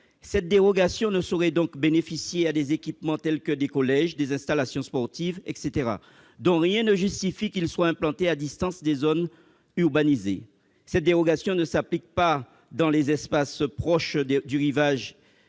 Cette dérogation ne saurait donc bénéficier à des équipements tels que des collèges, des installations sportives, etc., dont rien ne justifie qu'ils soient implantés à distance des zones urbanisées. Cette dérogation ne s'applique pas dans les espaces proches du rivage,